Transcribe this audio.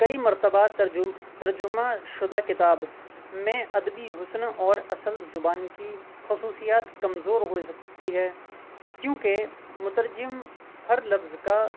کئی مرتبہ ترجمہ شدہ کتاب میں ادبی حسن اور اصل زبان کی خصوصیات کمزور ہو سکتی ہیں کیوں کہ مترجم ہر لفظ کا